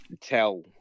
tell